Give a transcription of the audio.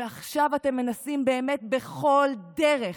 ועכשיו אתם מנסים באמת בכל דרך,